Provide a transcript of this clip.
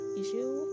issue